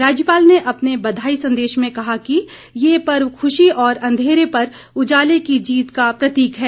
राज्यपाल ने अपने बधाई संदेश में कहा कि ये पर्व खुशी और अंधेरे पर उजाले की जीत का प्रतीक है